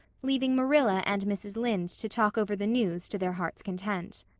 leaving marilla and mrs. lynde to talk over the news to their hearts' content.